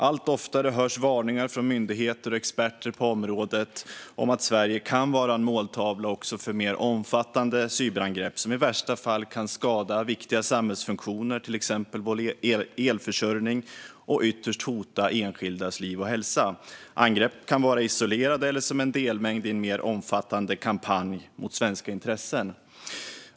Allt oftare hörs varningar från myndigheter och experter på området om att Sverige kan vara en måltavla också för mer omfattande cyberangrepp som i värsta fall kan skada viktiga samhällsfunktioner, till exempel elförsörjningen, och ytterst hota enskildas liv och hälsa. Angrepp kan vara isolerade eller som en delmängd i en mer omfattande kampanj mot svenska intressen.